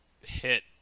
hit